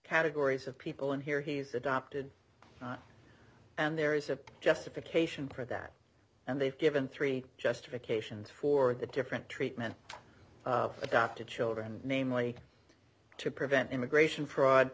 categories of people in here he's adopted and there is a justification for that and they've given three justifications for the different treatment of adopted children namely to prevent immigration fraud